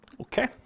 Okay